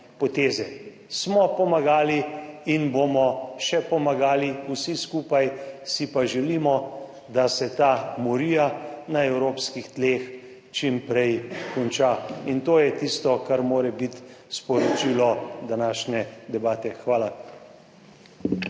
poteze. Smo pomagali in bomo še pomagali, vsi skupaj si pa želimo, da se ta morija na evropskih tleh čim prej konča in to je tisto, kar mora biti sporočilo današnje debate. Hvala.